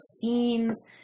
scenes